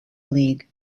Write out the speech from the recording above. league